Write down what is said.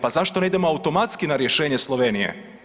Pa zašto ne idemo automatski na rješenje Slovenije?